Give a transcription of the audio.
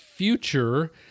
future